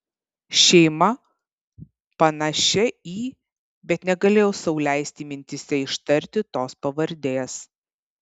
šeima panašia į bet negalėjau sau leisti mintyse ištarti tos pavardės